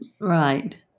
right